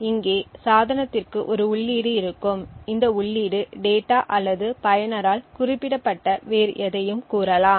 இங்கே சாதனத்திற்கு ஒரு உள்ளீடு இருக்கும் இந்த உள்ளீடு டேட்டா அல்லது பயனரால் குறிப்பிடப்பட்ட வேறு எதையும் கூறலாம்